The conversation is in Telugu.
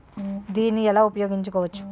దీన్ని ఎలా ఉపయోగించు కోవచ్చు?